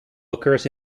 occurs